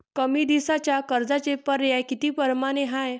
कमी दिसाच्या कर्जाचे पर्याय किती परमाने हाय?